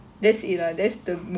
drama in a sense